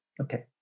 Okay